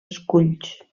esculls